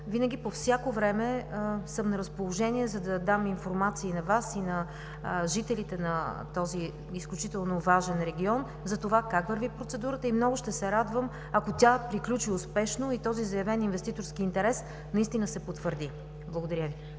Винаги по всяко време съм на разположение, за да дам информация и на Вас, и на жителите на този изключително важен регион как върви процедурата. Много ще се радвам, ако тя приключи успешно и този заявен инвеститорски интерес наистина се потвърди. Благодаря Ви.